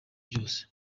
byose